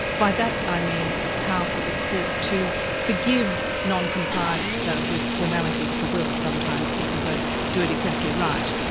by that i mean a power for the court to forgive non-compliance so with formalities for wills sometimes people don't do it exactly right.